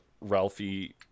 Ralphie